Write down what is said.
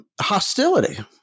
Hostility